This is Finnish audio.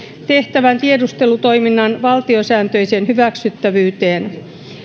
tehtävän tiedustelutoiminnan valtiosääntöiseen hyväksyttävyyteen